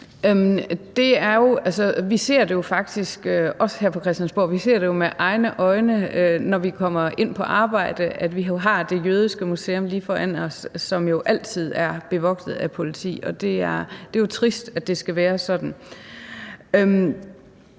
Vi ser det med egne øjne, når vi kommer ind på arbejde, hvor vi har Dansk Jødisk Museum foran os, som altid er bevogtet af politi, og det er jo trist, at det skal være sådan.